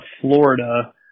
Florida